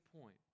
point